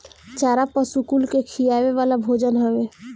चारा पशु कुल के खियावे वाला भोजन हवे